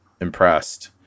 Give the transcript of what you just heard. impressed